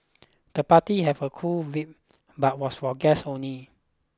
the party have a cool but was for guests only